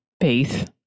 faith